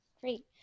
Great